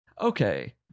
Okay